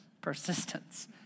persistence